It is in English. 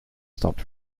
stopped